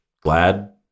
glad